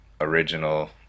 original